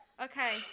Okay